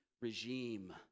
regime